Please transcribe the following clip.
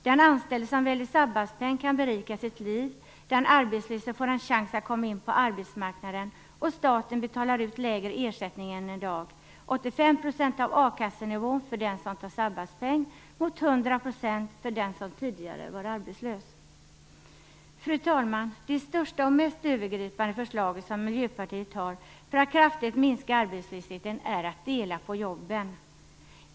Den anställde som väljer sabbatspoäng kan berika sitt liv, den arbetslöse får en chans att komma in på arbetsmarknaden och staten betalar ut lägre ersättning än i dag, nämligen 85 % av a-kassenivån för den som väljer sabbatspoäng mot 100 % för den som tidigare var arbetslös. Fru talman! Det största och mest genomgripande förslag som Miljöpartiet har för att kraftigt minska arbetslösheten är att dela på jobben.